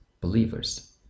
believers